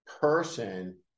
person